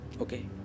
Okay